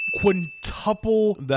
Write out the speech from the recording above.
quintuple